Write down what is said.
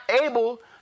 able